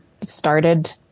started